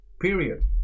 Period